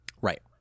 Right